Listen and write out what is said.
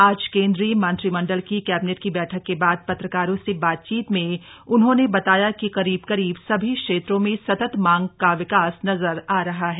आज केंद्रीय मंत्रिमंडल की कैबिनेट की बैठक के बाद पत्रकारों से बातचीत में उन्होंने बताया कि करीब करीब सभी क्षेत्रों में सतत मांग का विकास नजर आ रहा है